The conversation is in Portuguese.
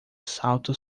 salta